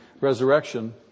resurrection